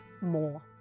more